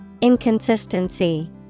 Inconsistency